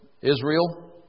Israel